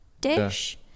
dish